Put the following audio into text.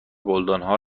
گلدانها